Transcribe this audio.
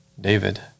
David